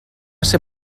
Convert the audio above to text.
ser